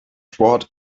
sport